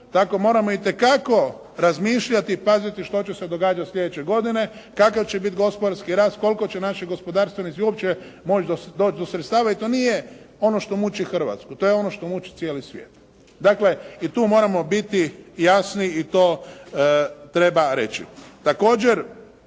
tako moramo itekako razmišljati i paziti što će se događati sljedeće godine, kakav će biti gospodarski rast, koliko će naši gospodarstvenici uopće moći doći do sredstava i to nije ono što muči Hrvatsku, to je ono što muči cijeli svijet. Dakle i tu moramo biti jasni i to treba reći.